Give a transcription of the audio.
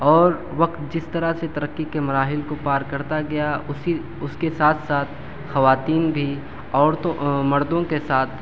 اور وقت جس طرح سے ترقّی کے مراحل کو پار کرتا گیا اسی اس کے ساتھ ساتھ خواتین بھی عورتوں مردوں کے ساتھ